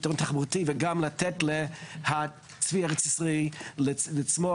פתרון תחבורתי וגם לתת לצבי הארץ ישראלי לצמוח.